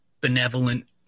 benevolent